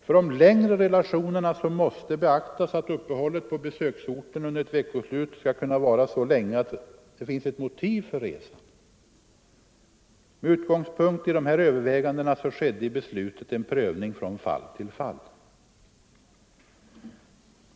För de längre relationerna måste beaktas att uppehållet på besöksorten under veckoslutet varar så länge att det föreligger motiv för resan. Med utgångspunkt i dessa överväganden skedde vid beslutet en prövning från fall till fall.